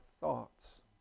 thoughts